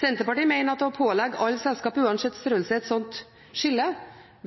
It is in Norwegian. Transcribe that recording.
Senterpartiet mener at å pålegge alle selskap, uansett størrelse, et slikt skille